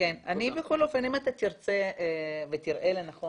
בכל אופן אם אתה תרצה ותראה לנכון